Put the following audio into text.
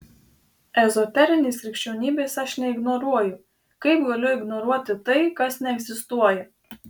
ezoterinės krikščionybės aš neignoruoju kaip galiu ignoruoti tai kas neegzistuoja